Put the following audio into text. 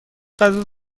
غذا